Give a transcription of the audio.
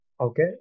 Okay